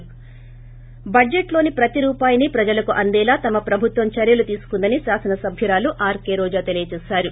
ి బడ్లెట్లోని ప్రతి రూపాయిని ప్రజలకు అందేలా తమ ప్రభుత్వం చర్యలు తీసుకుందని శాసన సభ్యురాలు ఆర్కే రోజా తెలిపారు